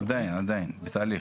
עדיין לא, זה בתהליך.